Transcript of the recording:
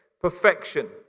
perfection